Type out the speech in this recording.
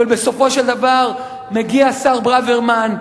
אבל בסופו של דבר מגיע השר ברוורמן,